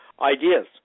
ideas